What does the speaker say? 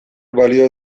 balio